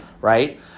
right